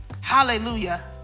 hallelujah